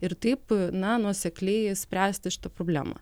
ir taip na nuosekliai išspręsti šitą problemą